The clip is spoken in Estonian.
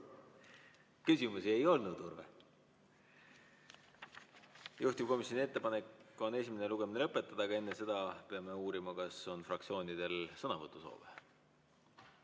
Küsimusi ei olnud, Urve. Juhtivkomisjoni ettepanek on esimene lugemine lõpetada, aga enne seda peame uurima, kas fraktsioonidel on sõnavõtusoove.